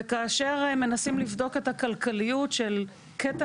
כאשר מנסים לבדוק את הכלכליות של קטע